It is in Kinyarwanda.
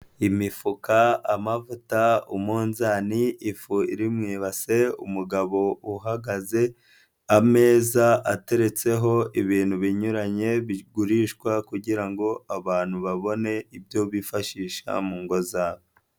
Imifuka, amavuta, umunzani, ifu iri mu ibase, umugabo uhagaze, ameza ateretseho ibintu binyuranye bigurishwa kugira ngo abantu babone ibyo bifashisha mu ngo zabo.